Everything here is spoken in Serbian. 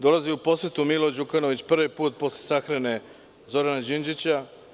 Dolazi u posetu Milo Đukanović, prvi put posle sahrane Zorana Đinđića.